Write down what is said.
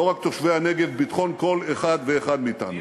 לא רק תושבי הנגב, ביטחון כל אחד ואחד מאתנו.